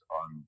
on